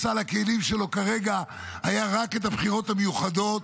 בסל הכלים שלו כרגע היה רק את הבחירות המיוחדות,